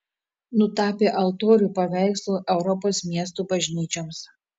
nutapė altorių paveikslų europos miestų bažnyčioms